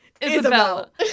isabel